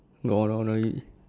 no no you